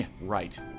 Right